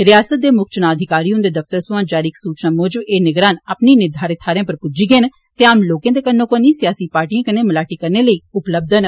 रियासत दे मुक्ख चुना अधिकारी हुंदे दफ्तरै सोआं जारी इक सूचना मुजब एह् निगरान अपनी निर्घारित थाहरें पर पुज्जी गे'न ते आम लोकें दे कन्नोकन्नी सियासी पार्टियें कन्नै मलाटी करने लेई उपलब्ध न